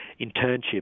internship